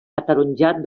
ataronjat